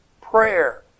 prayer